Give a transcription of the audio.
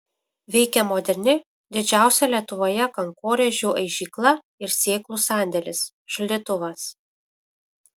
veikia moderni didžiausia lietuvoje kankorėžių aižykla ir sėklų sandėlis šaldytuvas